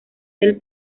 del